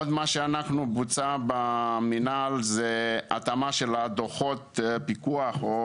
עוד מה שבוצע במינהל זה התאמה של דוחות הפיקוח או